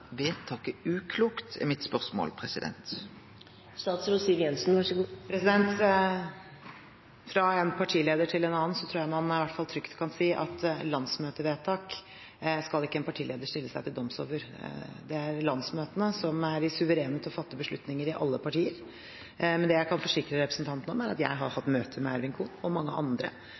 vedtaket uklokt? Fra en partileder til en annen tror jeg at man i hvert fall trygt kan si at landsmøtevedtak skal ikke en partileder stille seg til doms over. Det er landsmøtene som er de suverene til å fatte beslutninger i alle partier. Men det jeg kan forsikre representanten om, er at jeg har hatt møte med Ervin Kohn og mange andre